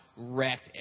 Wrecked